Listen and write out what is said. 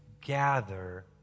gather